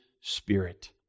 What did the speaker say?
Spirit